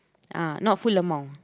ah not full amount